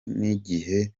nk’igihe